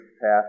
path